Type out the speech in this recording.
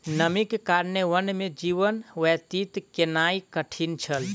नमीक कारणेँ वन में जीवन व्यतीत केनाई कठिन छल